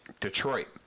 Detroit